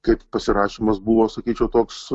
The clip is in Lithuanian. kaip pasirašymas buvo sakyčiau toks